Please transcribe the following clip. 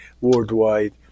worldwide